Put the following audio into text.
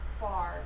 far